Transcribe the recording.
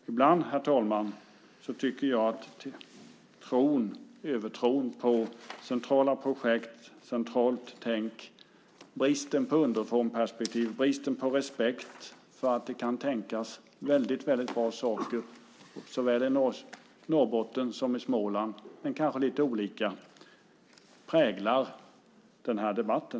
Ibland, herr talman, tycker jag att övertron på centrala projekt och centralt tänk, liksom bristen på underifrånperspektiv och respekt för att det kan tänkas bra saker såväl i Norrbotten som i Småland, fastän kanske lite olika, präglar debatten.